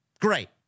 Great